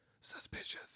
Suspicious